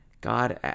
God